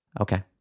Okay